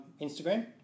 instagram